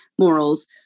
morals